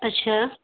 اچھا